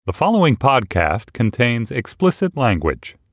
the following podcast contains explicit language